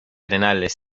arenales